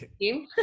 team